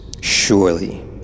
Surely